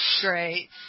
Great